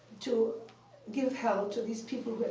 to give hell to these people